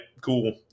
cool